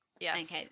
Yes